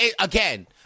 Again